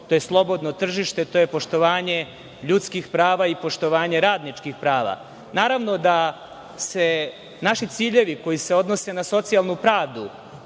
to je slobodno tržište, to je poštovanje ljudskih prava i poštovanje radničkih prava. Naravno da se naši ciljevi koji se odnose na socijalnu pravdu